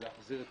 להחזיר את